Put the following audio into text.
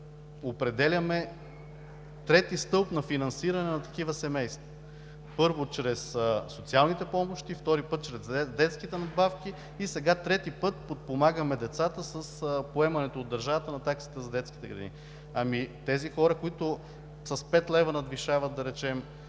определяме трети стълб на финансиране на такива семейства – първо, чрез социалните помощи, втори път чрез детските надбавки и сега трети път подпомагаме децата с поемането от държавата на таксите за детските градини. Ами тези хора, които с пет лева надвишават, да речем,